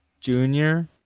junior